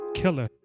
killer